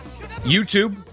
YouTube